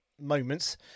moments